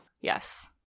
Yes